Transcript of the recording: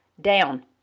Down